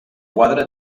quadre